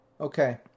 Okay